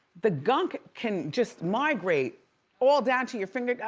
the gunk can just migrate all down to your finger,